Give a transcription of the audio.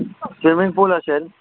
swimming pool असेल